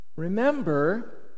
Remember